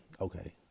Okay